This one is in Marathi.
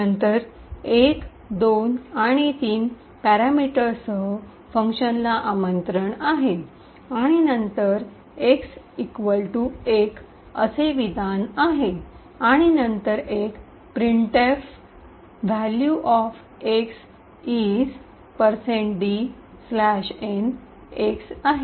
नंतर 1 2 आणि 3 पॅरामीटर्ससह फंक्शनला आमंत्रण इनहोकेशन invocation आहे आणि नंतर एक्स १ x1 असलेले विधान आहे आणि नंतर एक प्रिंटफ एक्सचे मूल्य d n आहे" x printf"Value of x is dn"x आहे